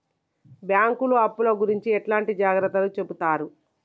బ్యాంకులు అప్పుల గురించి ఎట్లాంటి జాగ్రత్తలు చెబుతరు?